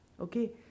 okay